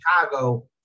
Chicago